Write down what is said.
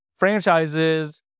Franchises